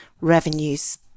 revenues